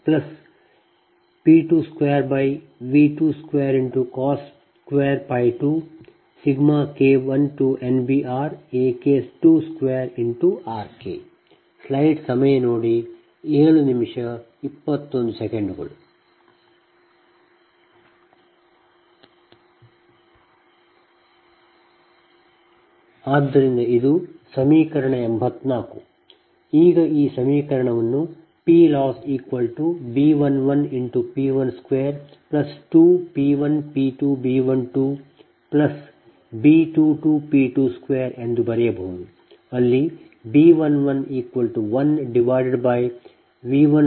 ಆದ್ದರಿಂದ ಇದು ಸಮೀಕರಣ 84 ಈಗ ಈ ಸಮೀಕರಣವನ್ನು PLossB11P122P1P2B12B22P22 ಎಂದು ಬರೆಯಬಹುದು ಅಲ್ಲಿ B111V121 K1NBRAK12RK